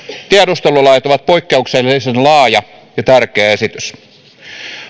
tiedustelulait ovat poikkeuksellisen laaja ja tärkeä esitys